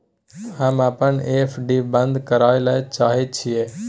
हम अपन एफ.डी बंद करय ले चाहय छियै